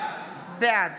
בעד